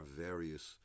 various